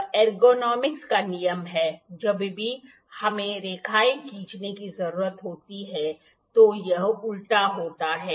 यह एर्गोनॉमिक्स का नियम है जब भी हमें रेखाएँ खींचने की ज़रूरत होती है तो यह उल्टा होता है